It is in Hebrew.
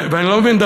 ואני לא מבין,